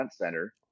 Center